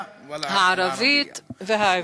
הערבית והעברית.